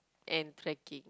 and trekking